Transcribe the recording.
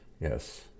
Yes